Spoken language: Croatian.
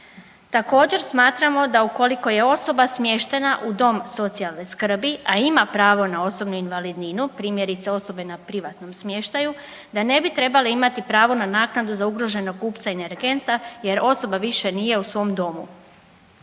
Također smatramo da ukoliko je osoba smještena u dom socijalne skrbi, a ima pravo na osobnu invalidninu, primjerice osobe na privatnom smještaju da ne bi trebale imati pravo na naknadu za ugroženog kupca energenta jer osoba više nije u svom domu.